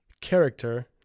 character